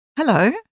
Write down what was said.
Hello